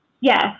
Yes